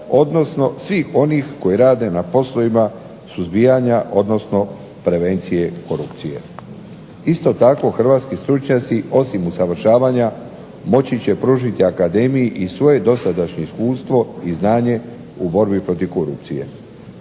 odnosno svih onih koji rade na poslovima suzbijanja, odnosno prevencije korupcije. Isto tako hrvatski stručnjaci osim usavršavanja moći će pružiti akademiji i svoje dosadašnje iskustvo i znanje u borbi protiv korupcije.